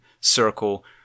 circle